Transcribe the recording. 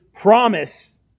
promise